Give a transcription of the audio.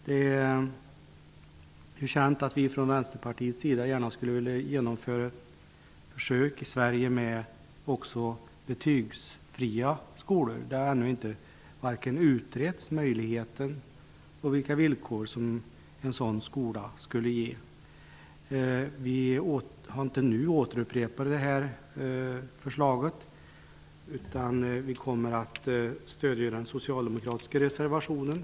Det är känt att vi från Vänsterpartiets sida gärna skulle vilja genomföra försök i Sverige med betygsfria skolor. De möjligheter som en sådan skola skulle kunna ge och under vilka villkor den skulle arbeta har ännu inte utretts. Vi har vid detta tillfälle inte upprepat vårt förslag, utan vi kommer att stödja den socialdemokratiska reservationen.